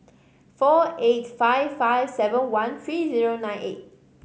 four eight five five seven one three zero nine eight